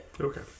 Okay